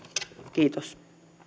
kiitos